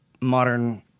modern